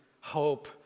hope